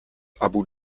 abu